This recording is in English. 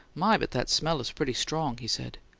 my, but that smell is pretty strong! he said.